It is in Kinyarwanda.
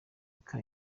kayo